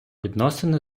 відносини